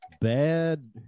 bad